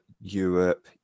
Europe